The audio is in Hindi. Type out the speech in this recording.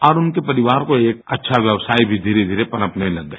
और उनके परिवार को एक अच्छा व्यवसाय भी धीरे धीरे पनपने लग गया